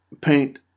paint